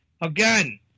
Again